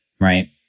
right